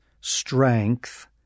strength